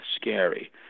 scary